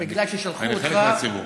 אני חלק מהציבור.